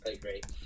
great